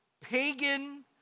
pagan